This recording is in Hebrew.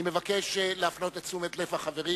אני מבקש להפנות את תשומת לב החברים,